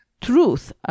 truth